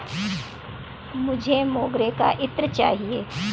मुझे मोगरे का इत्र चाहिए